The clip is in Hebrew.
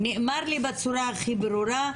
נאמר לי בצורה הכי ברורה,